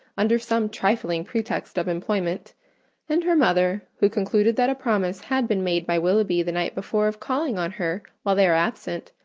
under some trifling pretext of employment and her mother, who concluded that a promise had been made by willoughby the night before of calling on her while they were absent,